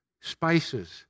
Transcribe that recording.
spices